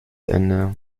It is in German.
ende